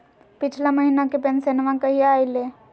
पिछला महीना के पेंसनमा कहिया आइले?